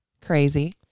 Crazy